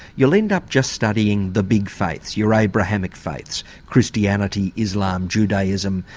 you'll end up just studying the big faiths, your abrahamic faiths christianity, islam, judaism,